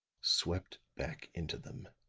swept back into them